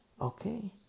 Okay